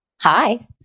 hi